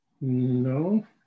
No